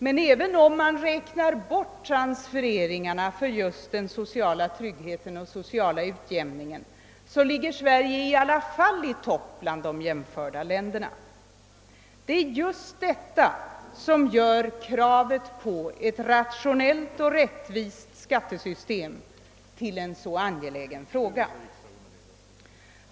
Men även om vi räknar bort transfereringarna för den sociala tryggheten och den sociala utjämningen, så ligger Sverige i alla fall i topp bland de jämförda länderna. Det är just detta som gör kravet på ett rationellt och rättvist skattesystem till en så angelägen fråga.